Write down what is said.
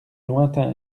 lointain